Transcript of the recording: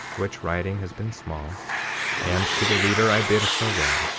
which writing has been small and to the reader i bid farewell,